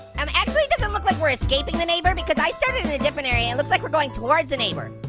um actually, it doesn't look like we're escaping the neighbor because i started in a different area and it looks like we're going towards the neighbor.